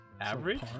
average